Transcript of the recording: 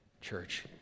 church